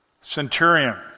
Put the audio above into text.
centurion